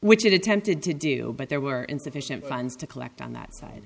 which it attempted to do but there were insufficient funds to collect on that side